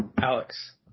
Alex